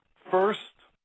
first,